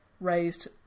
raised